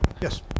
Yes